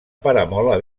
peramola